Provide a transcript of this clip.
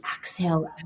exhale